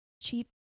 cheap